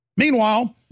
Meanwhile